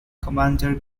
commander